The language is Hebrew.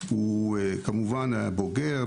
היה בוגר,